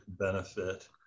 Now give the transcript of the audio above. benefit